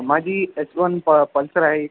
माझी H one प Pulsar आहे एक